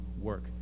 work